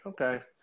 Okay